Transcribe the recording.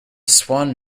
swan